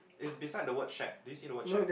it's beside the word shack do you see the word shack